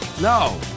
No